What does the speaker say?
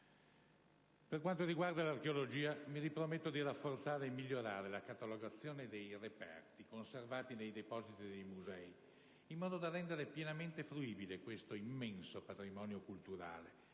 Per quanto riguarda l'archeologia, mi riprometto di rafforzare e migliorare la catalogazione dei reperti conservati nei depositi dei musei, in modo da rendere pienamente fruibile questo immenso patrimonio culturale